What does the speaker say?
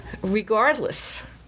Regardless